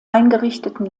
eingerichteten